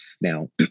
Now